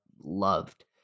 loved